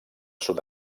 sud